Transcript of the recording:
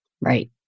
Right